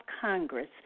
Congress